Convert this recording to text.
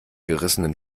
gerissenen